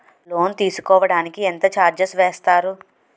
Loan తీసుకోడానికి ఎంత charges వేస్తారు?